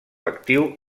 actiu